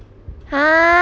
ha